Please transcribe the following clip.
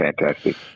fantastic